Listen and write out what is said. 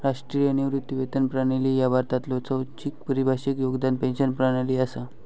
राष्ट्रीय निवृत्ती वेतन प्रणाली ह्या भारतातलो स्वैच्छिक परिभाषित योगदान पेन्शन प्रणाली असा